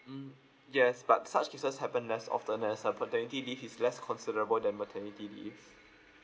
mm yes but such cases happen less often thus the paternity leave is less questionable than the maternity leave